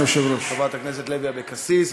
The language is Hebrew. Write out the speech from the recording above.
חברת הכנסת לוי אבקסיס.